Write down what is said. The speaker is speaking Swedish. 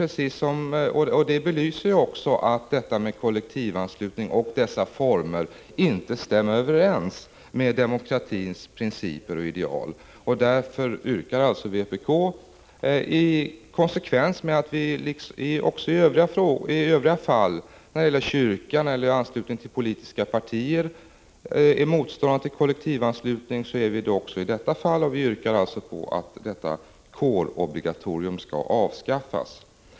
Exemplet belyser att kollektivanslutningen inte stämmer överens med demokratins principer och ideal. Därför yrkar vpk, i konsekvens med sin generella inställning mot kollektivanslutning, t.ex. när det gäller kyrkan och när det gäller politiska partier, att kårobligatoriet skall avskaffas.